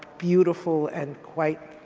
beautiful and quite,